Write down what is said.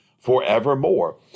Forevermore